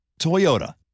Toyota